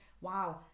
wow